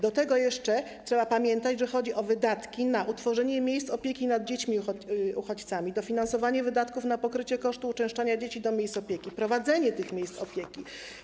Do tego jeszcze trzeba pamiętać, że chodzi o wydatki na utworzenie miejsc opieki nad dziećmi uchodźcami, dofinansowanie wydatków na pokrycie kosztów uczęszczania dzieci do miejsc opieki, prowadzenie tych miejsc opieki.